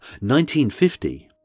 1950